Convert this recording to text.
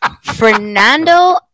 Fernando